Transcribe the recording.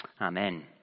Amen